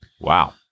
Wow